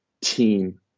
team